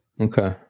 Okay